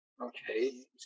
okay